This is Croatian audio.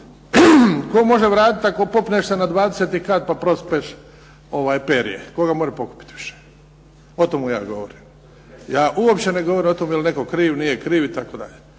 Tko može vratiti ako popneš se na 20-i kat pa prospeš perje? Tko ga može pokupiti više? O tomu ja govorim. Ja uopće ne govorim o tome je li netko kriv, nije kriv, itd.